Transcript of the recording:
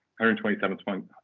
127